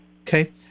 Okay